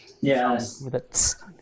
yes